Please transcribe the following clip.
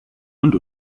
und